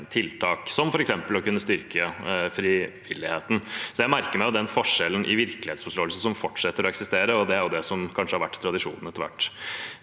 som f.eks. å kunne styrke frivilligheten. Jeg merker meg den forskjellen i virkelighetsforståelse som fortsetter å eksistere, og det er kanskje det som har vært tradisjonen etter hvert.